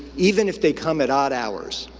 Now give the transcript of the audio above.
even if they come at odd hours.